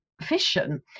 fission